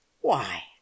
Why